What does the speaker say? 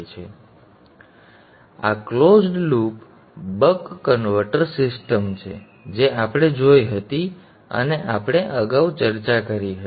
તેથી આ closed loop buck converter system છે જે આપણે જોઇ હતી અને અમે અગાઉ ચર્ચા કરી હતી